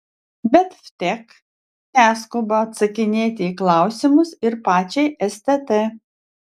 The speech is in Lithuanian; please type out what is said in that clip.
bet vtek neskuba atsakinėti į klausimus ir pačiai stt